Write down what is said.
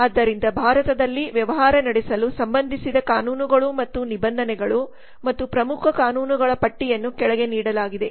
ಆದ್ದರಿಂದ ಭಾರತದಲ್ಲಿ ವ್ಯವಹಾರ ನಡೆಸಲು ಸಂಬಂಧಿಸಿದ ಕಾನೂನುಗಳು ಮತ್ತು ನಿಬಂಧನೆಗಳು ಮತ್ತು ಪ್ರಮುಖ ಕಾನೂನುಗಳ ಪಟ್ಟಿಯನ್ನು ಕೆಳಗೆ ನೀಡಲಾಗಿದೆ